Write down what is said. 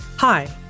Hi